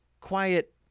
quiet